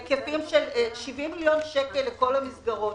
ניתן בהיקפים של 70 מיליון שקל לכל המסגרות.